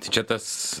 tai čia tas